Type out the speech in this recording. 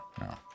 no